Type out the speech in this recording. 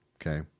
Okay